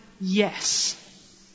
yes